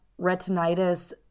retinitis